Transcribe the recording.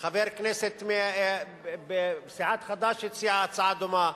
חבר כנסת בסיעת חד"ש הציע הצעה דומה.